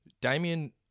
Damien